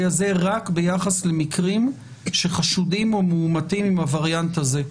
הזה רק ביחס למקרים שחשודים או מאומתים עם הווריאנט הזה.